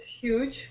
huge